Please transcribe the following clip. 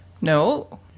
No